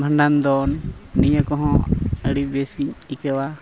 ᱵᱷᱟᱸᱰᱟᱱ ᱫᱚᱱ ᱱᱤᱭᱟᱹ ᱠᱚᱦᱚᱸ ᱟᱹᱰᱤ ᱵᱮᱥᱤᱧ ᱟᱹᱭᱠᱟᱹᱣᱟ